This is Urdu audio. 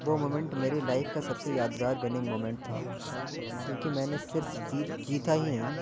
وہ مومینٹ میری لائف کا سب سے یادگار وننگ مومینٹ تھا کیونکہ میں نے صرف جیتا ہی نہیں